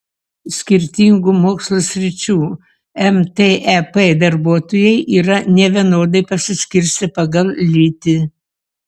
skirtingų mokslo sričių mtep darbuotojai yra nevienodai pasiskirstę pagal lytį